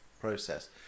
process